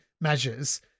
measures